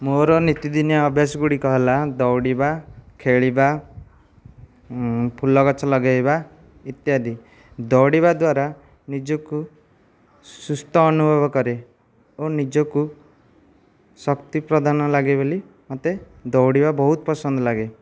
ମୋର ନିତିଦିନିଆ ଅଭ୍ୟାସ ଗୁଡ଼ିକ ହେଲା ଦୌଡ଼ିବା ଖେଳିବା ଫୁଲ ଗଛ ଲଗେଇବା ଇତ୍ୟାଦି ଦୌଡ଼ିବା ଦ୍ୱାରା ନିଜକୁ ସୁସ୍ଥ ଅନୁଭବ କରେ ଓ ନିଜକୁ ଶକ୍ତି ପ୍ରଦାନ ଲାଗେ ବୋଲି ମୋତେ ଦୌଡ଼ିବା ବହୁତ ପସନ୍ଦ ଲାଗେ